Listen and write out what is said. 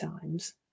times